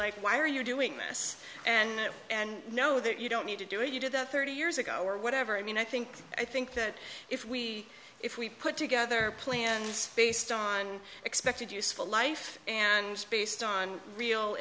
like why are you doing this and that and know that you don't need to do it you do that thirty years ago or whatever i mean i think i think that if we if we put together plans based on expected useful life and based on real